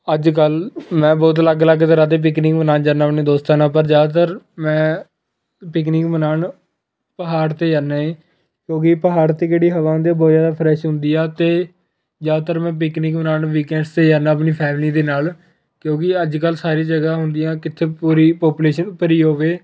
ਅੱਜ ਕੱਲ੍ਹ ਮੈਂ ਬਹੁਤ ਅਲੱਗ ਅਲੱਗ ਤਰ੍ਹਾਂ ਦੇ ਪਿਕਨਿਕ ਮਨਾਉਣ ਜਾਂਦਾ ਆਪਣੇ ਦੋਸਤਾਂ ਨਾਲ ਪਰ ਜ਼ਿਆਦਾਤਰ ਮੈਂ ਪਿਕਨਿਕ ਮਨਾਉਣ ਪਹਾੜ 'ਤੇ ਜਾਂਦਾ ਏ ਕਿਉਂਕਿ ਪਹਾੜ 'ਤੇ ਜਿਹੜੀ ਹਵਾ ਹੁੰਦੀ ਆ ਉਹ ਬਹੁਤ ਜ਼ਿਆਦਾ ਫਰੈਸ਼ ਹੁੰਦੀ ਆ ਅਤੇ ਜ਼ਿਆਦਾਤਰ ਮੈਂ ਪਿਕਨਿਕ ਮਨਾਉਣ ਵੀਕਐਂਡਸ 'ਤੇ ਜਾਂਦਾ ਆਪਣੀ ਫੈਮਲੀ ਦੇ ਨਾਲ ਕਿਉਂਕਿ ਅੱਜ ਕੱਲ੍ਹ ਸਾਰੀ ਜਗ੍ਹਾ ਹੁੰਦੀਆਂ ਕਿੱਥੇ ਪੂਰੀ ਪਾਪੁਲੇਸ਼ਨ ਭਰੀ ਹੋਵੇ